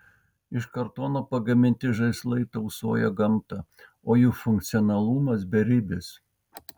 iš kartono pagaminti žaislai tausoja gamtą o jų funkcionalumas beribis